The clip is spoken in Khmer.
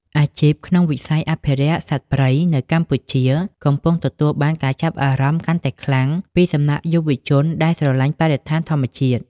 អាជីពក្នុងវិស័យអភិរក្សសត្វព្រៃនៅកម្ពុជាកំពុងទទួលបានការចាប់អារម្មណ៍កាន់តែខ្លាំងពីសំណាក់យុវជនដែលស្រឡាញ់បរិស្ថានធម្មជាតិ។